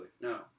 No